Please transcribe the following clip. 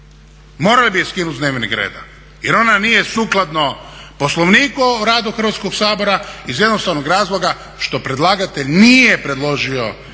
Morali bi je skinut s dnevnog reda jer ona nije sukladno Poslovniku o radu Hrvatskog sabora iz jednostavnog razloga što predlagatelj nije predložio temeljem kojeg